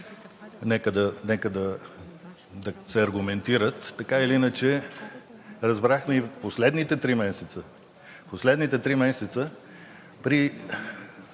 нека да се аргументират. Така или иначе, разбрахме и последните три месеца,